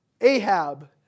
Ahab